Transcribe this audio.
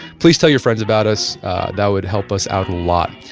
please tell your friends about us that would help us out a lot.